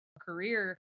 career